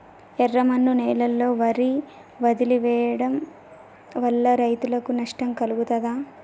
ఎర్రమన్ను నేలలో వరి వదిలివేయడం వల్ల రైతులకు నష్టం కలుగుతదా?